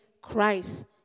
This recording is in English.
Christ